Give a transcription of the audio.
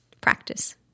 practice